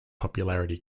popularity